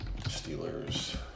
Steelers